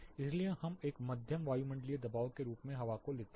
आइए हम एक मध्यम वायुमंडलीय दबाव के रूप में हवा लेते हैं